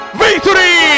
victory